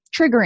triggering